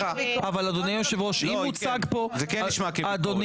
אם הוצג פה --- לא,